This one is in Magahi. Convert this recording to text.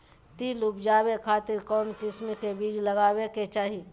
तिल उबजाबे खातिर कौन किस्म के बीज लगावे के चाही?